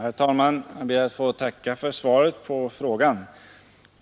Herr talman! Jag ber att få tacka socialministern för svaret på min fråga.